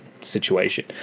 situation